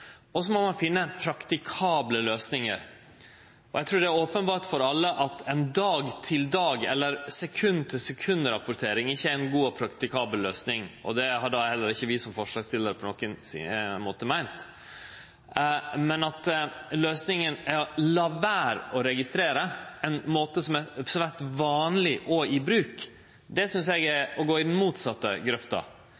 og så må ein finne praktikable løysingar. Eg trur det er openbert for alle at ei dag-til-dag- eller sekund-til-sekund-rapportering ikkje er ei god og praktikabel løysing, og det har då heller ikkje vi som forslagsstillarar på nokon måte meint. Men at løysinga er å late vere å registrere – ein måte som har vore vanleg og i bruk – synest eg er